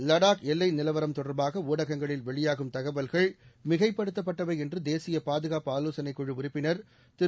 லடாக் எல்லை நிலவரம் தொடர்பாக ஊடகங்களில் வெளியாகும் தகவல்கள் மிகைப்படுத்தப்பட்டவை என்று தேசிய பாதுகாப்பு ஆலோசனைக் குழு உறுப்பினர் திரு